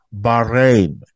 bahrain